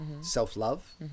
self-love